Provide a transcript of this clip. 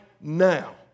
now